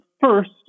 first